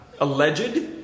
alleged